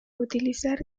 utilizar